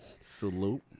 Salute